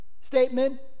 statement